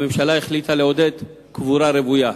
הממשלה החליטה לעודד קבורה רוויה.